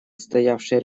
стоявший